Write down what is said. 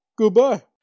Goodbye